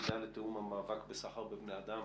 היחידה לתיאום המאבק בסחר בבני אדם